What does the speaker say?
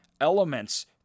elements